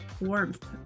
warmth